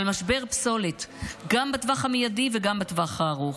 משבר פסולת גם בטווח המיידי וגם בטווח הארוך.